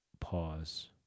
pause